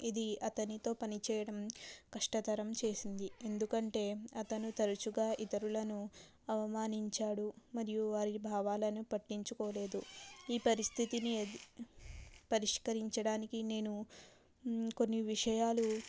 ఇది అతనితో పనిచేయటం కష్టతరం చేసింది ఎందుకంటే అతను తరుచుగా ఇతరులను అవమానించాడు మరియు వారి భావాలను పట్టించుకోలేదు ఈ పరిస్థితిని ఎద్ పరిష్కరించడానికి నేను కొన్ని విషయాలు